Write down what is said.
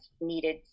needed